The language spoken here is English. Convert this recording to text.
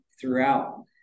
throughout